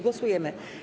Głosujemy.